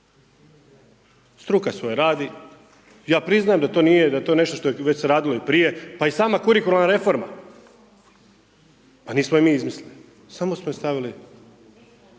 Struka svoje radi. Ja priznajem da je to nešto što već se radilo i prije, pa i sama kurikularna reforma pa nismo je mi izmislili. Samo smo je stavili